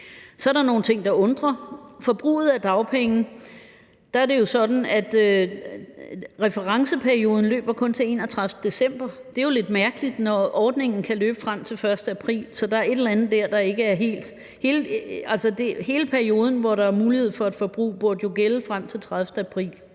Så er der nogle ting, der undrer. Med hensyn til forbruget af dagpenge er det jo sådan, at referenceperioden kun løber til den 31. december. Det er jo lidt mærkeligt, når ordningen kan løbe frem til den 1. april, så der er et eller andet der, der halter. Hele perioden, hvor der er mulighed for at forbruge, burde jo gælde frem til den 30. april.